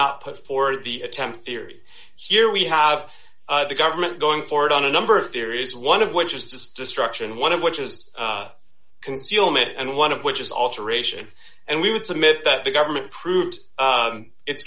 not put forward the attempt theory here we have the government going forward on a number of theories one of which is this destruction one of which is concealment and one of which is alteration and we would submit that the government proved